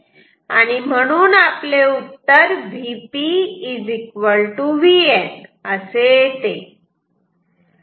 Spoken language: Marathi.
आणि म्हणून आपले उत्तर Vp Vn असे येते